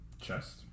chest